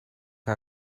que